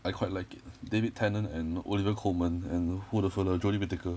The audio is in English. I quite like it david tennant and olivia colman and who the fella jodie whittaker